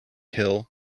hill